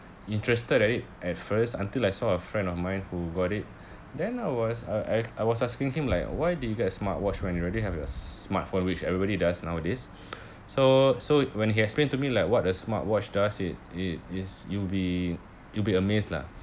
interested at it at first until I saw a friend of mine who got it then I was uh I I was asking him like why did you get smartwatch when you already have your smartphone which everybody does nowadays so so when he explained to me like what a smartwatch does it it it's you'll be you'll be amazed lah